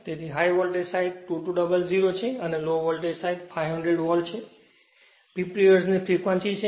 તેથી high voltage side E2200 છે low voltage side 500 volt છે 50 હર્ટ્ઝની ફ્રેક્વન્સી છે